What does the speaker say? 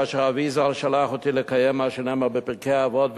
כאשר אבי ז"ל שלח אותי לקיים מה שנאמר בפרקי אבות,